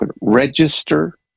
register